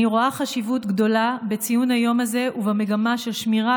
אני רואה חשיבות גדולה בציון היום הזה ובמגמה של שמירה